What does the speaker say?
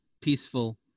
peaceful